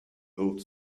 whole